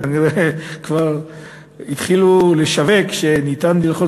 כנראה כבר התחילו לשווק שאפשר ללחוץ